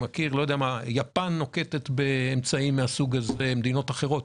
יפן נוקטת באמצעות מהסוג הזה ומדינות אחרות.